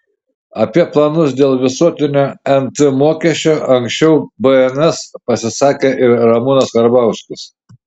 apie planus dėl visuotinio nt mokesčio anksčiau bns pasisakė ir ramūnas karbauskis